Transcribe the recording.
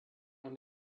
und